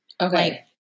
Okay